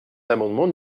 l’amendement